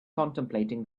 contemplating